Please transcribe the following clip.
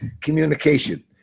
communication